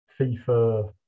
FIFA